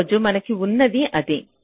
ఈ రోజు మనకు ఉన్నది ఇదే